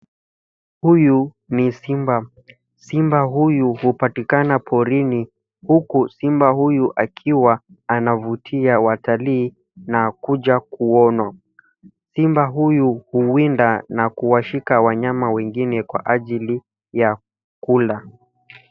Huyu ni simba. Simba huyu hupatikana porini , huku simba huyu akiwa anavutia watalii na kuja kuonwa. Simba huyu huwinda na kuwashika wanyama wengine, kwa ajili ya kula.